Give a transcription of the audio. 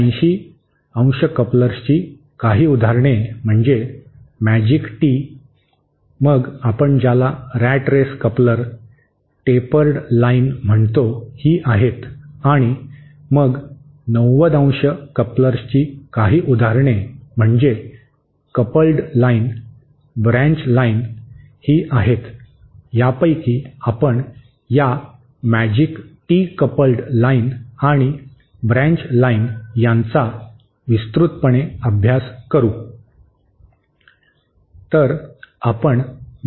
180° कपलर्सची काही उदाहरणे म्हणजे मॅजिक टी मग आपण ज्याला rat race coupler tapered line म्हणतो ही आहेत आणि मग 90° कपलर्सची काही उदाहरणे म्हणजे कपल्ड लाईन ब्रँच लाइन ही आहेत यापैकी आपण या मॅजिक टी कपल्ड लाईन आणि ब्रँच लाइन यांचा विस्तृतपणे अभ्यास करू